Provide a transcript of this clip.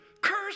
Curse